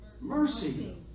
Mercy